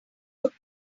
took